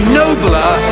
nobler